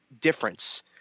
difference